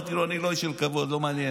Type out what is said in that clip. אמרתי לו: אני לא איש של כבוד, לא מעניין.